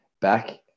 back